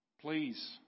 please